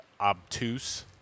obtuse